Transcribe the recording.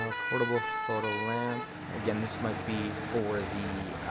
ah portable photo lamp, again this might be for the,